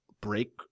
break